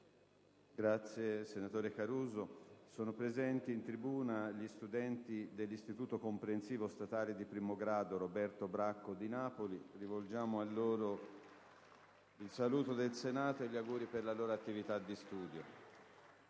finestra"). Sono presenti in tribuna gli studenti dell'Istituto comprensivo statale di primo grado «Roberto Bracco» di Napoli. Rivolgiamo a loro il saluto del Senato e gli auguri per la loro attività di studio.